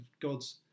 God's